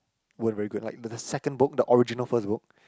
weren't very good like the the second book the original first book